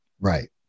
right